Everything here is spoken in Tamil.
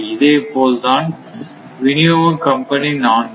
அதேபோல தான் விநியோக கம்பெனி 4 ம்